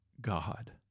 God